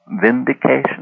vindication